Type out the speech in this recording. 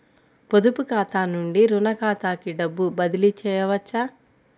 పొదుపు ఖాతా నుండీ, రుణ ఖాతాకి డబ్బు బదిలీ చేయవచ్చా?